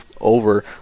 over